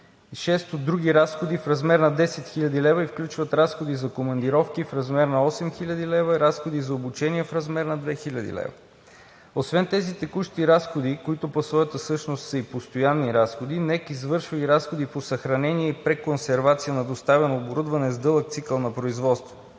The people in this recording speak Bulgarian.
Шесто. Други разходи в размер на 10 хил. лв. и включват разходи за командировки в размер на 8 хил. лв., разходи за обучение в размер на 2 хил. лв. Освен тези текущи разходи, които по своята същност са и постоянни разходи, НЕК извършва и разходи по съхранение и преконсервация на доставяно оборудване с дълъг цикъл на производство.